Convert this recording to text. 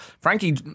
Frankie